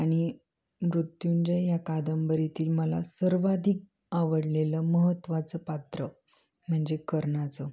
आणि मृत्युंजय या कादंबरीतील मला सर्वाधिक आवडलेलं महत्त्वाचं पात्र म्हणजे कर्णाचे